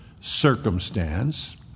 circumstance